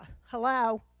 hello